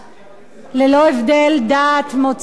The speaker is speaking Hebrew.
ללא הבדל דת, מוצא,